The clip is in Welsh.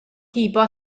heibio